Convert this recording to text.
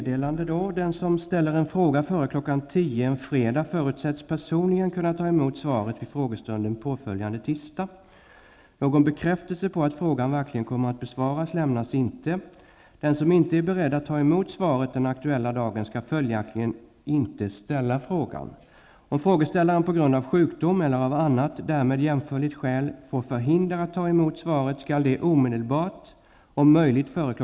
Den som ställer en fråga före kl. 10.00 en fredag förutsätts personligen kunna ta emot svaret vid frågestunden påföljande tisdag. Någon bekräftelse på att frågan verkligen kommer att besvaras lämnas inte. Den som inte är beredd att ta emot svaret den aktuella dagen skall följaktligen inte ställa frågan. Om frågeställaren på grund av sjukdom eller av annat därmed jämförligt skäl får förhinder att ta emot svaret, skall det omedelbart -- om möjligt före kl.